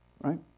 right